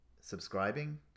subscribing